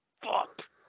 Fuck